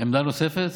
עמדה נוספת?